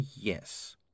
yes